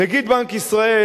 נגיד בנק ישראל,